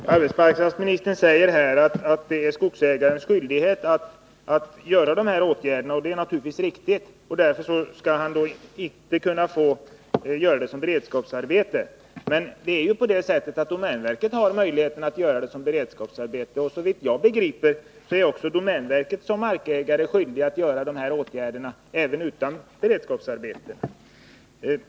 Herr talman! Arbetsmarknadsministern säger att det är skogsägarens skyldighet att vidta de här åtgärderna, och det är naturligtvis riktigt. Därför skall skogsägaren inte få utföra detta arbete som beredskapsarbete, men domänverket har möjlighet att utföra det som beredskapsarbete. Såvitt jag begriper är också domänverket som markägare skyldigt att vidta dessa åtgärder, även om det inte sker som beredskapsarbete.